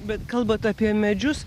bet kalbat apie medžius